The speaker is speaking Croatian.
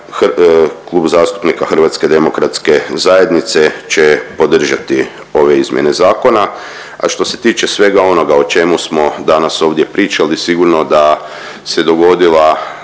Klub zastupnika Hrvatske demokratske zajednice će podržati ove izmjene zakona, a što se tiče svega onoga o čemu smo danas ovdje pričali sigurno da se dogodila,